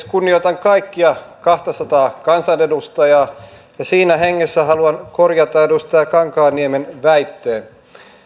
kunnioitan kaikkia kahtasataa kansanedustajaa ja siinä hengessä haluan korjata edustaja kankaanniemen väitteen